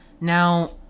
Now